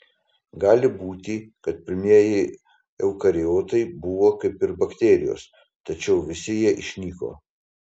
gali būti kad pirmieji eukariotai buvo kaip ir bakterijos tačiau visi jie išnyko